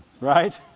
right